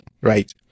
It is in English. Right